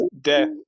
Death